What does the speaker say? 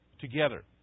together